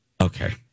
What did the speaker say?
okay